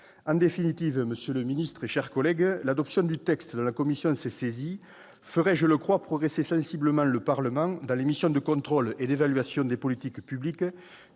En définitive, monsieur le secrétaire d'État, chers collègues, l'adoption du texte dont la commission s'est saisie ferait, je le crois, progresser sensiblement le Parlement dans la mise en oeuvre des missions de contrôle et d'évaluation des politiques publiques